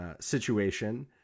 situation